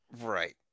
Right